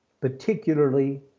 particularly